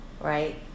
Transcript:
right